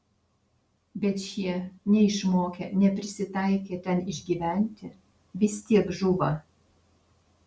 bet šie neišmokę neprisitaikę ten išgyventi vis tiek žūva